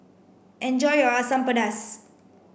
enjoy your Asam Pedas